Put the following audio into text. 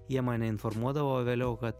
jie mane informuodavo vėliau kad